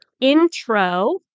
intro